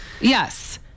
Yes